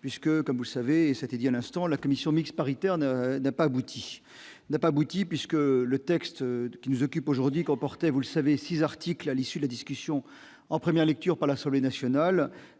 puisque, comme vous savez, s'était dit à l'instant, la commission mixte paritaire ne n'a pas abouti, n'a pas abouti puisque le texte qui nous occupe aujourd'hui comportez vous le savez, 6 articles à l'issue de la discussion, en première lecture par la sur les nationales,